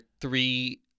three